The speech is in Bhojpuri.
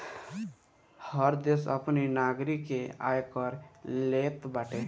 हर देस अपनी नागरिक से आयकर लेत बाटे